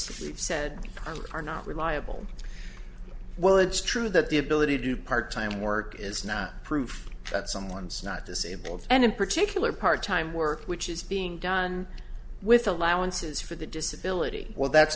we've said are not reliable well it's true that the ability to do part time work is not proof that someone's not disabled and in particular part time work which is being done with allowances for the disability that's